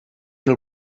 del